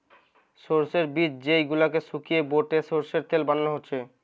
সোর্সের বীজ যেই গুলাকে শুকিয়ে বেটে সোর্সের তেল বানানা হচ্ছে